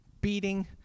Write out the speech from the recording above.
beating